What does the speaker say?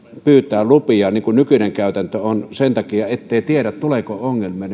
pyytää lupia niin kuin nykyinen käytäntö on sen takia ettei tiedä tuleeko ongelmia